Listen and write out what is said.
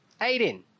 Aiden